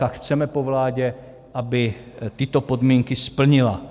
A chceme po vládě, aby tyto podmínky splnila.